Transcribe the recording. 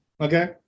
Okay